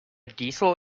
diesel